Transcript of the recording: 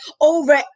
over